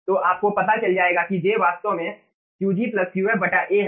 तो आपको पता चल जाएगा कि j वास्तव में Qg Qf A है